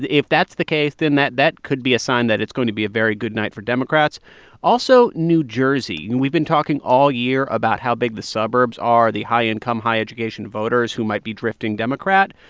if that's the case, then that that could be a sign that it's going to be a very good night for democrats also, new jersey. and we've been talking all year about how big the suburbs are, the high-income, high-education voters who might be drifting democrat.